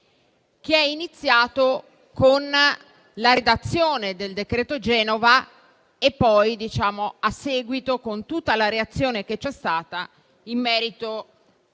iniziato con la redazione del decreto-legge Genova e poi, a seguito, con tutta la reazione che c'è stata in merito